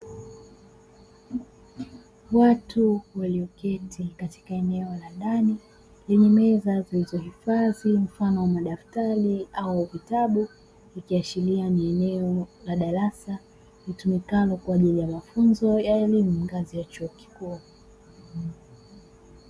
Watu walioketi katika eneo la ndani lenye meza zilizohifadhi mfano wa madaftari au vitabu, zikiashiria ni eneo la darasa litumikalo kwa ajili ya mafunzo ya elimu ngazi ya chuo kikuu.